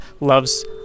loves